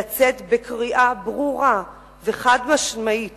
לצאת בקריאה ברורה וחד-משמעית